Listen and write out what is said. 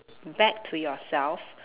back to yourself